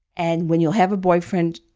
and when you'll have a boyfriend,